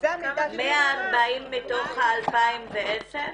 140 מתוך ה-2,700?